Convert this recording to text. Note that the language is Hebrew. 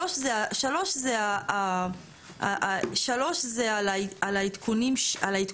3 זה על העדכונים.